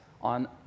on